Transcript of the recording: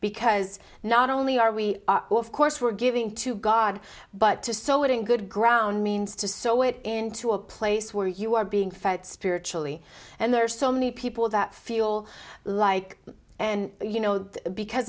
because not only are we are of course we're giving to god but to sow it in good ground means to sow it into a place where you are being fed spiritually and there are so many people that feel like you know because